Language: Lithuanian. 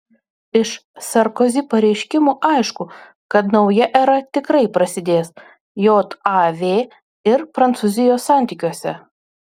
iš sarkozi pareiškimų aišku kad nauja era tikrai prasidės jav ir prancūzijos santykiuose